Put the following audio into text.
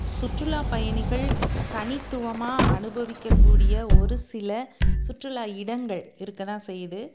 சுற்றுலாப் பயணிகள் தனித்துவமா அனுபவிக்கக்கூடிய ஒரு சில சுற்றுலா இடங்கள் இருக்க தான் செய்யுது